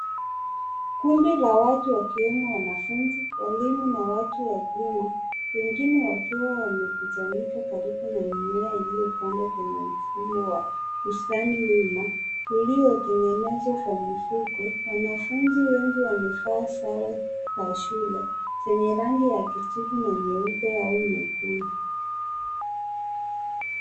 Kundi la watu wakiwemo wanafunzi, walimu na watu wazima wengine wakiwa wamekusanyika karibu na mimea iliyopandwa kwenye mfumo wa ustani wima, iliyotengenezwa kwa mifuko, wanafunzi wengi wamevaa sare za shule, zenye rangi ya kijivu na mieupe au miekundu.